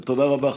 תודה רבה.